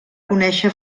conèixer